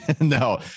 No